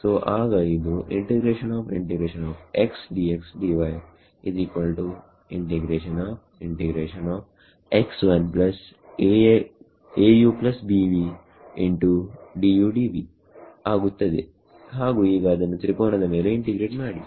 so ಆಗ ಇದು ಆಗುತ್ತದೆ ಹಾಗು ಈಗ ಅದನ್ನು ತ್ರಿಕೋನದ ಮೇಲೆ ಇಂಟಿಗ್ರೇಟ್ ಮಾಡಿ